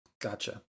Gotcha